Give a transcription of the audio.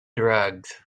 drugs